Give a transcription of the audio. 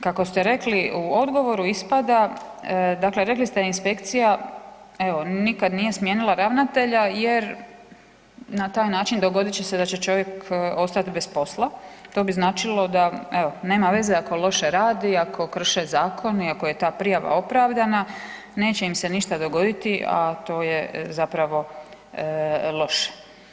Kako ste rekli u odgovoru ispada, dakle rekli ste inspekcija evo nikad nije smijenila ravnatelja jer na taj način dogodit će se da će čovjek ostat bez posla, to bi značilo da evo nema veze ako loše radi, ako krše zakon i ako je ta prijava opravdana, neće im se ništa dogoditi, a to je zapravo loše.